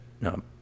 no